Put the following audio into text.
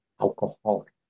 alcoholic